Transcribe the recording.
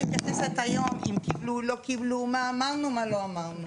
התייחס עד היום אם קיבלו לא קיבלו מה אמרנו מה לא אמרנו.